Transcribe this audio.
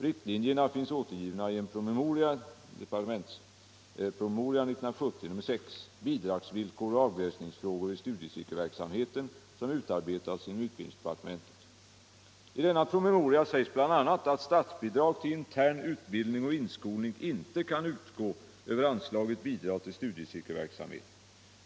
Riktlinjerna finns återgivna i en promemoria , Bidragsvillkor och avgränsningsfrågor i studiecirkelverksamheten som utarbetats inom utbildningsdepartementet. I denna promemoria sägs bl.a. att statsbidrag till intern utbildning och inskolning inte kan utgå över anslaget Bidrag till studiecirkelverksamhet.